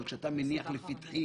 אבל כשאתה מניח לפתחי